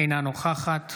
אינה נוכחת